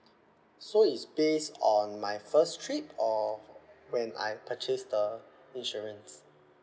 so it's based on my first trip or when I purchase the insurance